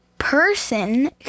person